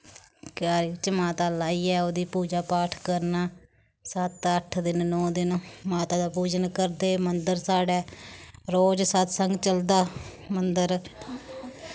क्यारी बिच्च माता लाइयै ओह्दी पूजा पाठ करना सत्त अट्ठ दिन नौ दिन माता दा पूजन करदे मन्दर साढ़ै रोज सत्संग चलदा मन्दर